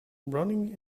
running